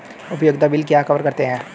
उपयोगिता बिल क्या कवर करते हैं?